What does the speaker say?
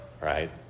right